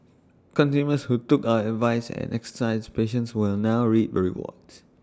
consumers who took our advice and exercised patience will now reap the rewards